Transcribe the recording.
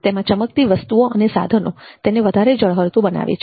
તેમાં ચમકતી વસ્તુઓ અને સાધનો તેને વધારે ઝળહળતું બનાવે છે